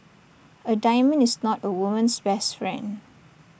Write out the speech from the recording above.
A diamond is not A woman's best friend